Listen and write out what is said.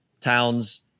towns